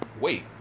wait